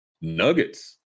Nuggets